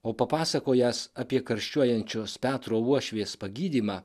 o papasakojęs apie karščiuojančios petro uošvės pagydymą